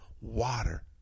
water